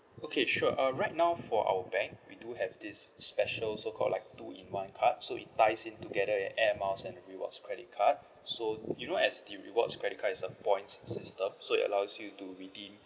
okay sure uh right now for our bank we do have this special so called like two in one card so it ties in together the air miles and rewards credit card so you know as the rewards credit card is a point system so it allows you to redeem